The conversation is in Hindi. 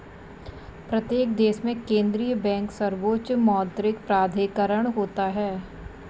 प्रत्येक देश में केंद्रीय बैंक सर्वोच्च मौद्रिक प्राधिकरण होता है